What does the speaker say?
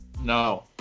No